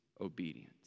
obedience